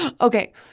Okay